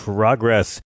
Progress